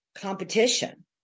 competition